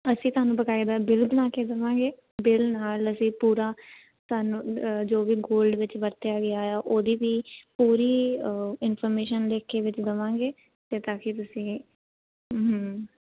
ਅਸੀਂ ਤੁਹਾਨੂੰ ਬਕਾਇਦਾ ਬਿੱਲ ਬਣਾ ਕੇ ਦੇਵਾਂਗੇ ਬਿਲ ਨਾਲ ਅਸੀਂ ਪੂਰਾ ਤੁਹਾਨੂੰ ਜੋ ਵੀ ਗੋਲਡ ਵਿੱਚ ਵਰਤਿਆ ਗਿਆ ਆ ਉਹਦੀ ਵੀ ਪੂਰੀ ਇਨਫੋਰਮੇਸ਼ਨ ਲਿਖ ਕੇ ਵਿੱਚ ਦੇਵਾਂਗੇ ਤੇ ਤਾਂ ਕਿ ਤੁਸੀਂ